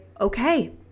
okay